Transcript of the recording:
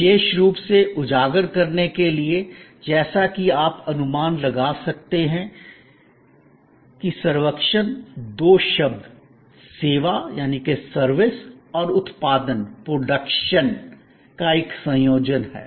विशेष रूप से उजागर करने के लिए जैसा कि आप अनुमान लगा सकते हैं कि सर्व्क्शन दो शब्द सेवा और उत्पादन का एक संयोजन है